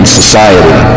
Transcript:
society